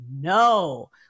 no